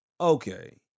okay